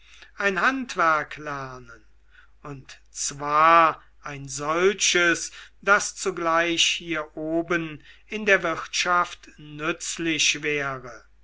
ein handwerk lernen und zwar ein solches das zugleich hier oben in der wirtschaft nützlich wäre